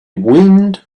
wind